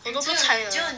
我都不菜的